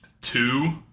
two